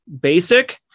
basic